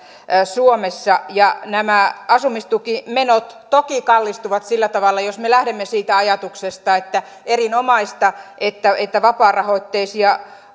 suomessa nämä asumistukimenot toki kallistuvat sillä tavalla jos me lähdemme siitä ajatuksesta että erinomaista että että vapaarahoitteisia